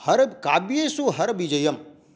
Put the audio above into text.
हरकाव्येषु हरविजयं